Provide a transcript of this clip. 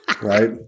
Right